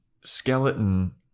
skeleton